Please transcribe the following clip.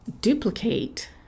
duplicate